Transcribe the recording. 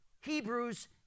Hebrews